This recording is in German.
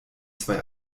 zwei